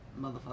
motherfucker